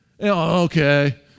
Okay